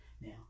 Now